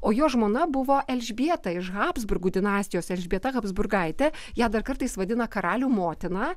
o jo žmona buvo elžbieta iš habsburgų dinastijos elžbieta habsburgaitė ją dar kartais vadina karalių motina